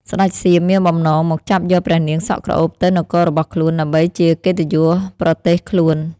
ស្ដេចសៀមមានបំណងមកចាប់យកព្រះនាងសក់ក្រអូបទៅនគររបស់ខ្លួន ដើម្បីជាកិត្តិយសប្រទេសខ្លួន។